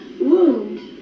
wound